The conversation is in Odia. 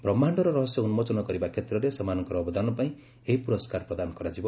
ବ୍ରହ୍ମାଣ୍ଡର ରହସ୍ୟ ଉନ୍କୋଚନ କରିବା କ୍ଷେତ୍ରରେ ସେମାନଙ୍କର ଅବଦାନ ପାଇଁ ଏହି ପୁରସ୍କାର ପ୍ରଦାନ କରାଯିବ